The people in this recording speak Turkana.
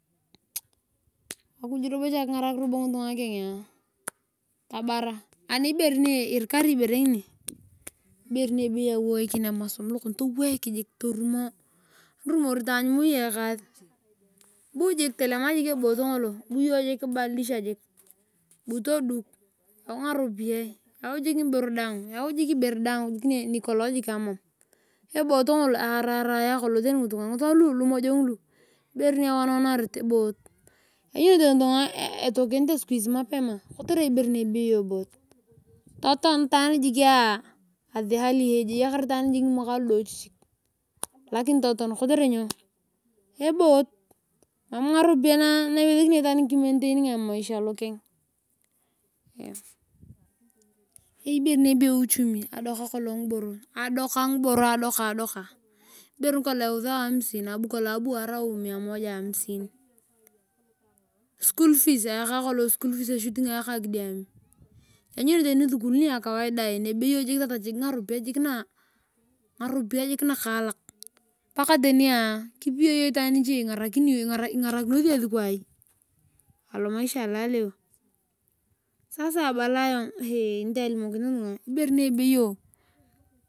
Akiy robooha kingarak ngitunga kena tabara ani ibere ni irikari ibere ngini ibere ni ebeyo aweikin emosom lokon towoik jik torumo taany moi ekaas bu jik telema eboot ngoto bu iyong kibablelisha lou toduk yau ngaropiyae yau jik ngiborodaany nikolong tani amam eboot ngolo aararae kolong ngitunga lamojong lu lanyuni tani ngitunga etoekete mapema kotere eboot totoon itaan jiik at early age eyakar itaan ngimwaka ludiochichik kotere eboot mam ngaropiaye na imentainingae itaani ngini emaisha lokeng eyei ibere be ichumi adoka kolong ngiboro ibere nikolong nikolong eusao amisini abu aliwormia amisin school fees eshutinga kolong ayaka kidiami lanyuni iyong tani isukul ni kawaida lanyuni iyong ebeyo tatach ngaropiyae nakaalak paka tani kipiyo ingarakinosi esi kirai alomaisha alaleo sasa abala ayong alimokini ngitunga ibere ni ebeyo.